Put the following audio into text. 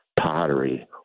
pottery